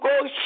go